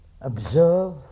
observe